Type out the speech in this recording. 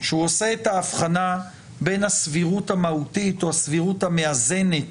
שהוא עושה את ההבחנה בין הסבירות המהותית או הסבירות המאזנת